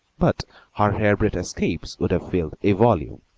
but her hair-breadth escapes would have filled a volume.